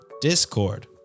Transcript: Discord